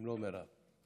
אם לא, מירב.